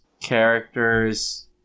characters